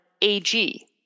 AG